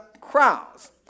crowds